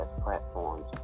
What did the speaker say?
platforms